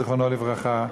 זיכרונו לברכה,